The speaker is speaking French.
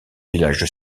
village